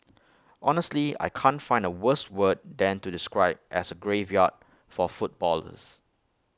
honestly I can't find A worse word than to describe as A graveyard for footballers